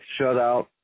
shutout